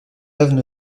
œuvres